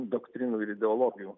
doktrinų ir ideologijų